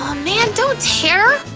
ah man, don't tear!